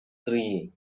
three